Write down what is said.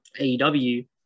AEW